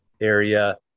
area